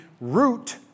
root